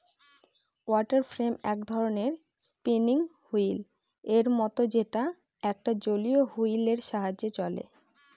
water frame এক ধরনের spinning wheel এর মত যেটা একটা জলীয় হুইল এর সাহায্যে চলে